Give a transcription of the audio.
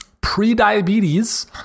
Pre-diabetes